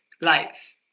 life